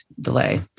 delay